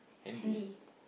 handy